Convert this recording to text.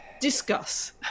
discuss